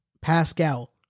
Pascal